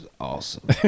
awesome